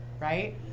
Right